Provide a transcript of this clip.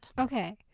Okay